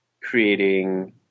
creating